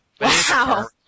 Wow